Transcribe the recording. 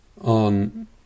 on